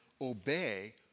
obey